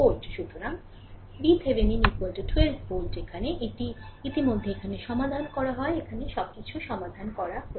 সুতরাং VThevenin 12 volt এখানে এটি ইতিমধ্যে এখানে সমাধান করা হয় এখানে সবকিছু সমাধান করা হয়